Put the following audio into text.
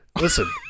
Listen